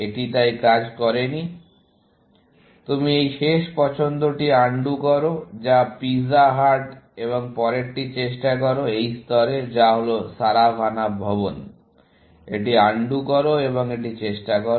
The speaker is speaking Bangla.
এটি তাই কাজ করেনি তুমি এই শেষ পছন্দটি আনডু করো যা পিৎজা হাট এবং পরেরটি চেষ্টা করো এই স্তরে যা হল সারাভানা ভবন এটি আনডু করো এবং এটি চেষ্টা করো